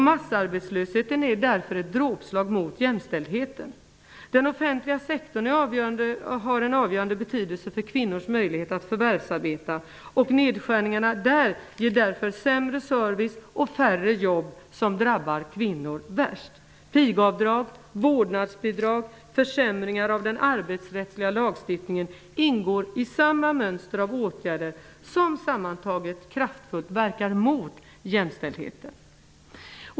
Massarbetslösheten är därför ett dråpslag mot jämställdheten. Den offentliga sektorn har en avgörande betydelse för kvinnors möjlighet att förvärvsarbeta, och nedskärningarna där ger därför sämre service och färre jobb. Det drabbar kvinnor värst. Pigavdrag, vårdnadsbidrag, försämringar av den arbetsrättsliga lagstiftningen ingår i samma mönster av åtgärder. De verkar sammantaget kraftfullt mot jämställdheten.